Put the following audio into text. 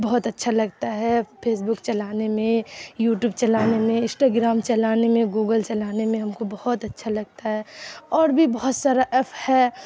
بہت اچھا لگتا ہے پھیس بک چلانے میں یوٹیوب چلانے میں اشٹاگرام چلانے میں گوگل چلانے میں ہم کو بہت اچھا لگتا ہے اور بھی بہت سارا ایف ہے